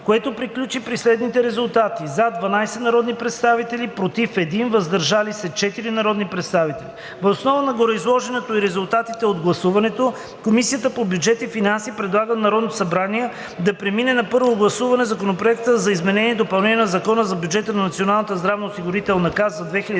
което приключи при следните резултати: „за“– 12 народни представители, „против“– 1, и „въздържал се“ – 4 народни представители. Въз основа на гореизложеното и резултатите от гласуването Комисията по бюджет и финанси предлага на Народното събрание да приеме на първо гласуване Законопроект за изменение и допълнение на Закона за бюджета на Националната здравноосигурителна каса за 2022 г.,